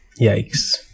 Yikes